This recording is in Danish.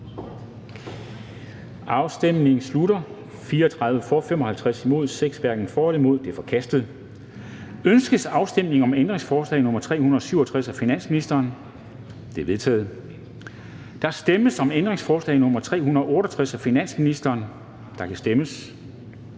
eller imod stemte 6 (KF). Ændringsforslaget er forkastet. Ønskes afstemning om ændringsforslag nr. 373-387 af finansministeren? De er vedtaget. Der stemmes om ændringsforslag nr. 388 af finansministeren, og der kan stemmes.